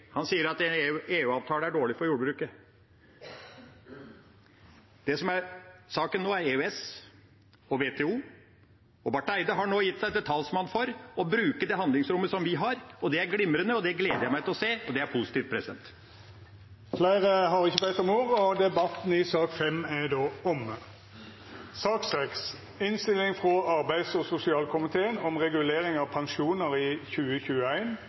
Han sier at en EU-avtale er dårlig for jordbruket. Det som er saken nå, er EØS og WTO, og Barth Eide har nå gjort seg til talsmann for å bruke det handlingsrommet vi har. Det er glimrende, det gleder jeg meg til å se, og det er positivt. Fleire har ikkje bedt om ordet til sak nr. 5. Etter ønske frå arbeids- og sosialkomiteen vil presidenten ordna debatten slik: 5 minutt til kvar partigruppe og 5 minutt til medlemer av